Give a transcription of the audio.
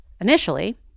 Initially